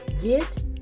get